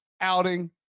outing